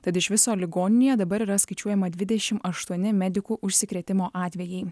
tad iš viso ligoninėje dabar yra skaičiuojama dvidešimt aštuoni medikų užsikrėtimo atvejai